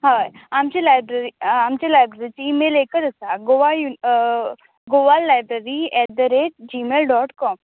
हय आमची लायब्ररी आमची लायब्ररीची इमेल एकच आसा गोवा युन Goan library at the rate Gmail dot com